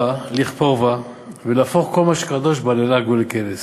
לכפור בה ולהפוך כל מה שקדוש בה ללעג ולקלס?